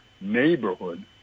neighborhood